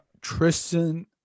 Tristan